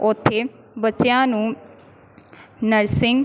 ਉੱਥੇ ਬੱਚਿਆਂ ਨੂੰ ਨਰਸਿੰਗ